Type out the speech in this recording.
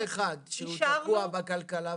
זה אחד, שהוא תקוע בכלכלה.